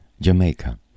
Jamaica